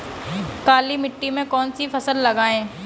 काली मिट्टी में कौन सी फसल लगाएँ?